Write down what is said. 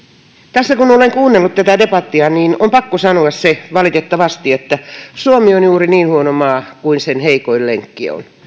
tässä kun olen kuunnellut tätä debattia niin on pakko sanoa se valitettavasti että suomi on juuri niin huono maa kuin sen heikoin lenkki on